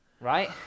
right